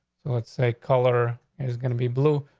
let's say color is gonna be blue.